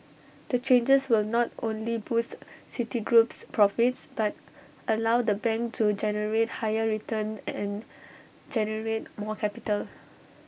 the changes will not only boost Citigroup's profits but allow the bank to generate higher returns and generate more capital